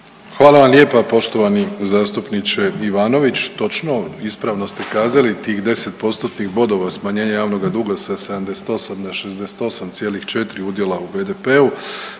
Hvala vam lijepa poštovani zastupniče Ivanović. Točno, ispravno ste kazali, tih 10 postotnih bodova smanjenja javnoga duga sa 78 na 68,4 udjela u BDP-u